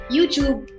YouTube